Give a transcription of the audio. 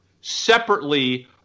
separately